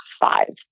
five